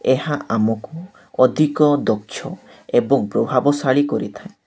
ଏହା ଆମକୁ ଅଧିକ ଦକ୍ଷ ଏବଂ ପ୍ରଭାବଶାଳୀ କରିଥାଏ